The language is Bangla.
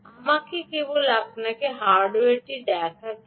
আমাকে কেবল আপনাকে হার্ডওয়্যারটি দেখাতে দিন